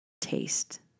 taste